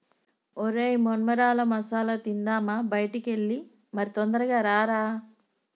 ఒరై మొన్మరాల మసాల తిందామా బయటికి ఎల్లి మరి తొందరగా రారా